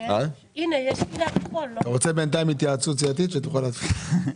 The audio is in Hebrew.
אתה רוצה בינתיים התייעצות סיעתית שתוכל להדפיס?